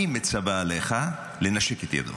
אני מצווה עליך לנשק את ידו.